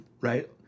right